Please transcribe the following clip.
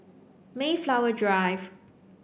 Mayflower Drive